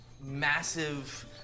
massive